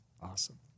Awesome